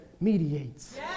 mediates